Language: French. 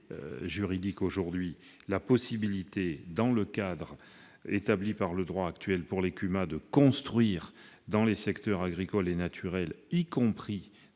confirme donc la possibilité, dans le cadre établi par le droit actuel, pour les CUMA de construire dans les secteurs agricoles et naturels, y compris dans